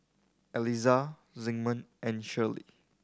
Eliza Zigmund and Shirley